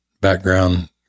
background